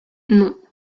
non